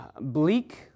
bleak